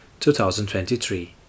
2023